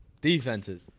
Defenses